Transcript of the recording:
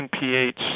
pH